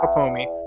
um homie,